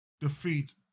defeat